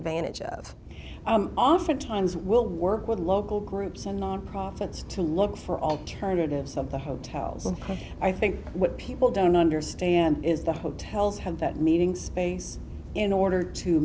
advantage of oftentimes will work with local groups and nonprofits to look for alternatives of the hotels and i think what people don't understand is the hotels have that meeting space in order to